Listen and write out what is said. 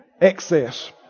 Excess